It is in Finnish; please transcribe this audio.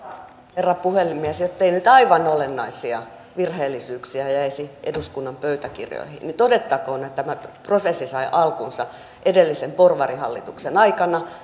herra puhemies jottei nyt aivan olennaisia virheellisyyksiä jäisi eduskunnan pöytäkirjoihin niin todettakoon että tämä prosessi sai alkunsa edellisen porvarihallituksen aikana